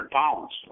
pounds